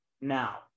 Now